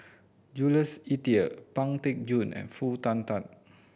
Jules Itier Pang Teck Joon and Foo Tatt